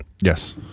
yes